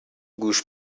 گوش